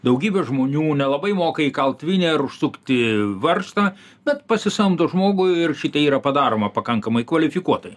daugybė žmonių nelabai moka įkalt vinį ar užsukti varžtą bet pasisamdo žmogų ir šitie yra padaroma pakankamai kvalifikuotai